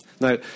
Now